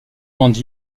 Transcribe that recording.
grande